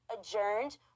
adjourned